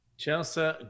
Chelsea